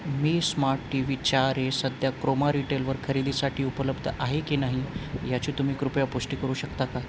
मी smart T V चार A सध्या Croma रिटेलवर खरेदीसाठी उपलब्ध आहे की नाही याची तुम्ही कृपया पुष्टी करू शकता का